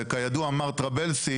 וכידוע מר טרבלסי